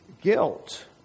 guilt